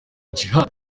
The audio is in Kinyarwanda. djihad